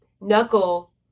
Knuckle